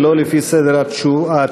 ולא לפי סדר התשובות.